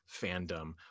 fandom